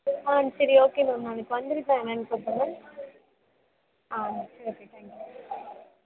ஆ சரி okay ma'am நாளைக்கு வந்துடட்டா மேம் சத்த ஆ சரி ஓகே தேங்க் யூ